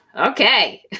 Okay